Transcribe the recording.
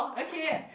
okay